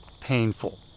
painful